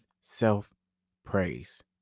self-praise